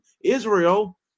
Israel